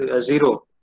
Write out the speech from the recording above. zero